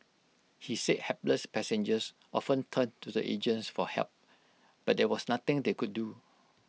he said hapless passengers often turned to the agents for help but there was nothing they could do